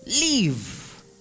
Leave